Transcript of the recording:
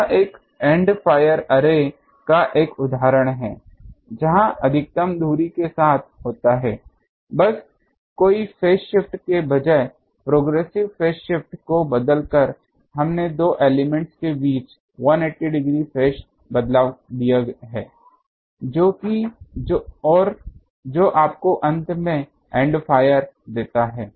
यह एक end fire array का एक उदाहरण है जहां अधिकतम धुरी के साथ होता है बस कोई फेज शिफ्ट के बजाय प्रोग्रेसिव फेज शिफ्ट को बदलकर हमने दो एलिमेंट के बीच 180 डिग्री फेज बदलाव दिया है और जो आपको अंत में एन्ड फायर देता है